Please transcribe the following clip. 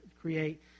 create